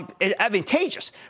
advantageous